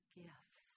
gifts